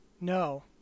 No